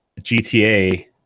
GTA